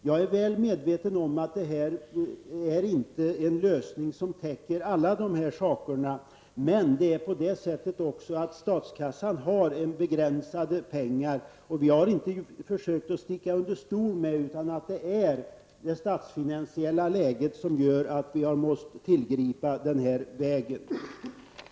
Jag är väl medveten om att detta inte är en lösning som täcker alla de här sakerna, men statskassan har också begränsade pengar, och det har vi inte försökt att sticka under stol med. Det är det statsfinansiella läget som gör att vi har måst tillgripa den här vägen.